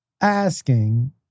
asking